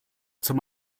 zum